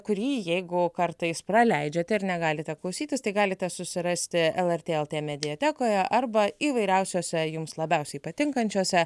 kurį jeigu kartais praleidžiate ir negalite klausytis tai galite susirasti lrt lt mediatekoje arba įvairiausiose jums labiausiai patinkančiose